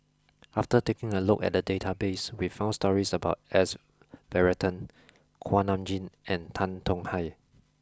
after taking a look at the database we found stories about S Varathan Kuak Nam Jin and Tan Tong Hye